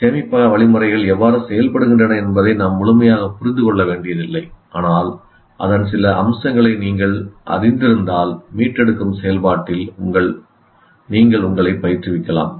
சேமிப்பக வழிமுறைகள் எவ்வாறு செயல்படுகின்றன என்பதை நாம் முழுமையாக புரிந்து கொள்ள வேண்டியதில்லை ஆனால் அதன் சில அம்சங்களை நீங்கள் அறிந்திருந்தால் மீட்டெடுக்கும் செயல்பாட்டில் நீங்கள் உங்களைப் பயிற்றுவிக்கலாம்